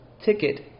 ticket